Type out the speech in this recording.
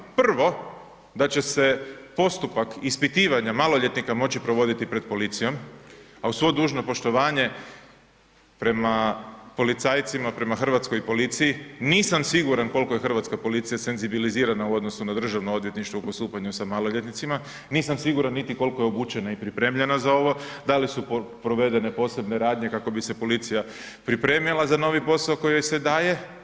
Prvo da će se postupak ispitivanja maloljetnika moći provoditi pred policijom, a uz svo dužno poštovanje prema policajcima, prema hrvatskoj policiji nisam siguran koliko je hrvatska policija senzibilizirana u odnosu na Državno odvjetništvo u postupanju sa maloljetnicima, nisam siguran niti koliko je obučena i pripremljena za ovo, da li su provedene posebne radnje kako bi se policija pripremila za novi posao koji joj se daje.